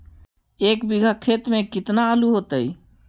एक बिघा खेत में केतना आलू होतई?